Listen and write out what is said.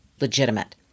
legitimate